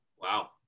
Wow